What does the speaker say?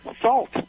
Salt